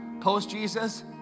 Post-Jesus